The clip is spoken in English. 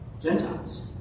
Gentiles